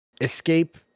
escape